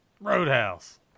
Roadhouse